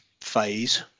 phase